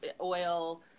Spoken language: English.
oil